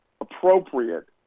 appropriate